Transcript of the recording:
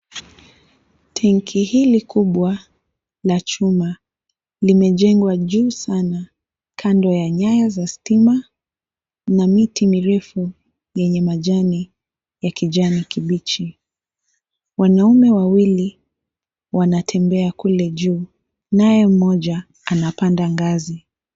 Tenki hili likubwa la chuma limejengwa juu sana, kando ya nyaya za stima mna miti mirefu yenye majani ya kijani kibichi. Wanaume wawili wanatembea kule juu naye mmoja anapanda ngazi.